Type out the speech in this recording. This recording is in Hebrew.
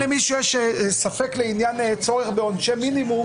אם למישהו יש ספק לעניין צורך בעונשי מינימום,